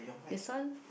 this one